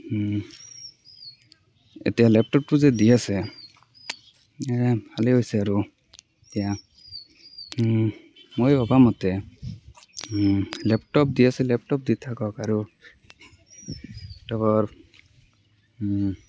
এতিয়া লেপটপটো যে দি আছে ভালে হৈছে আৰু এতিয়া মই ভবা মতে লেপটপ দি আছে লেপটপ দি থাকক আৰু লেপটপৰ